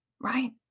Right